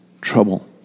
trouble